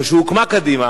אבל כשהוקמה קדימה,